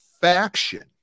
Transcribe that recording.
faction